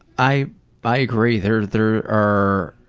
i i agree, there there are,